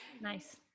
nice